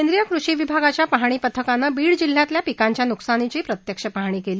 केंद्रीय कृषि विभागाच्या पाहणी पथकानं बीड जिल्ह्यातल्या पिकांच्या नुकसानीची प्रत्यक्ष पहाणी केली